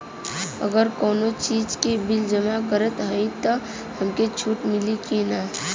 अगर कउनो चीज़ के बिल जमा करत हई तब हमके छूट मिली कि ना?